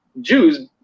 Jews